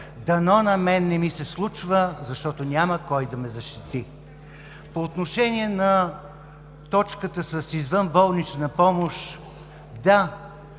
дано на мен не ми се случва, защото няма кой да ме защити?! По отношение на точката с извънболнична помощ. Да,